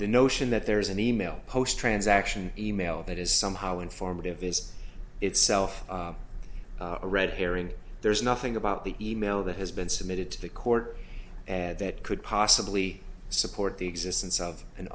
the notion that there is an e mail post transaction e mail that is somehow informative is itself a red herring there's nothing about the e mail that has been submitted to the court and that could possibly support the existence of an